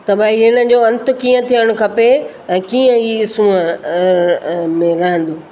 त भई हिन जो अंत कीअं थियणु खपे ऐं कीअं हीउ सूंहं में रहंदो